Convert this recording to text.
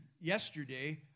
yesterday